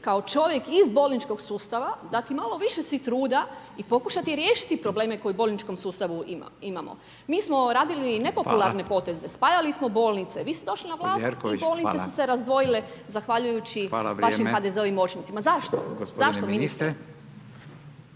kao čovjek iz bolničkog sustava dati malo više si truda i pokušati riješiti probleme koji u bolničkom sustavu imamo. Mi smo radili i nepopularne poteze, spajali smo bolnice, vi ste došli na vlast i bolnice su se razdvojili zahvaljujući vašim HDZ-ovim moćnicima. Zašto? Zašto, ministre?